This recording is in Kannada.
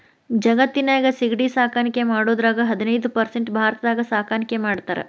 ಜಗತ್ತಿನ್ಯಾಗ ಸಿಗಡಿ ಸಾಕಾಣಿಕೆ ಮಾಡೋದ್ರಾಗ ಹದಿನೈದ್ ಪರ್ಸೆಂಟ್ ಭಾರತದಾಗ ಸಾಕಾಣಿಕೆ ಮಾಡ್ತಾರ